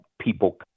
people